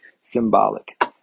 symbolic